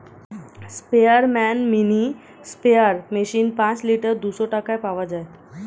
স্পেয়ারম্যান mini sprayer machine পাঁচ litre দুইশো টাকায় পাওয়া যায়